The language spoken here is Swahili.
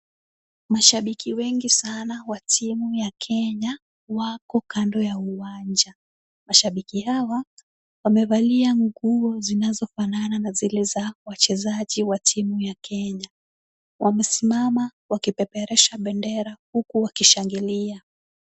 Mashabiki wengi sana wa timu ya Kenya wako kando ya uwanja. Mashabiki hawa wamevalia nguo zinazofanana na zile za wachezaji wa timu ya Kenya. Wamesimama wakipeperusha bendera huku wakishangilia.